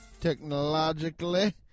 technologically